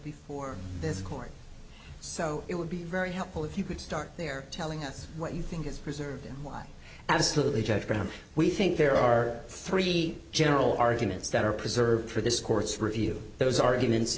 before this court so it would be very helpful if you could start there telling us what you think is preserved and why absolutely judge graham we think there are three general arguments that are preserved for this court's review those arguments